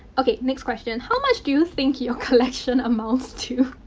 okay. next question. how much do you think your collection amounts to?